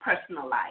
personalized